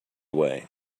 away